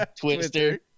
Twister